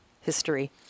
history